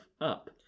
up